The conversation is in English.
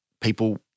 people